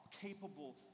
capable